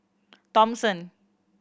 Thomson